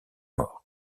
morts